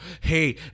hey